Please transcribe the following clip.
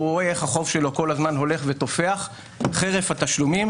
הוא רואה איך החוב שלו כל הזמן הולך ותופח חרף התשלומים,